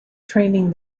training